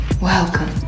Welcome